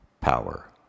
power